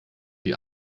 die